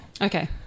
Okay